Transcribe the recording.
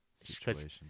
Situation